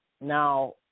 now